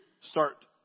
start